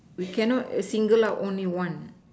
we cannot single out only one